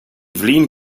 flin